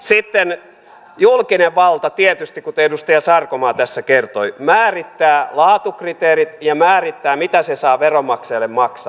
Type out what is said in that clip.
sitten julkinen valta tietysti kuten edustaja sarkomaa tässä kertoi määrittää laatukriteerit ja määrittää mitä se saa veronmaksajalle maksaa